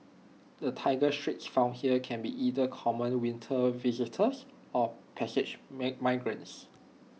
the Tiger Shrikes found here can be either common winter visitors or passage migrants